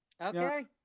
Okay